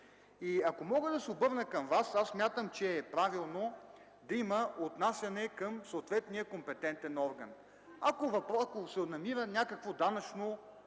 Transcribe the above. Ако мога да се обърна към Вас, смятам за правилно да има отнасяне към съответния компетентен орган. Ако има някакво данъчно